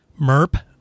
Merp